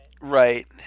Right